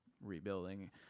rebuilding